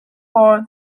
for